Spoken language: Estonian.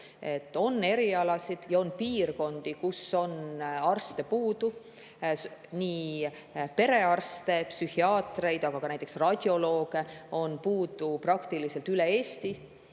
On erialasid ja on piirkondi, kus on arste puudu, ent perearste, psühhiaatreid ja ka näiteks radiolooge on puudu praktiliselt üle Eesti.